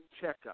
checkup